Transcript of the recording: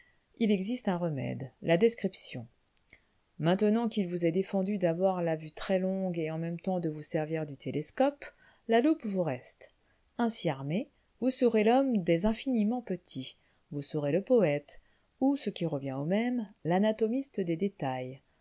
il existe un remède la description maintenant qu'il vous est défendu d'avoir la vue très longue et en même temps de vous servir du télescope la loupe vous reste ainsi armé vous serez l'homme des infiniment petits vous serez le poëte ou ce qui revient au même l'anatomiste des détails